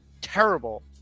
terrible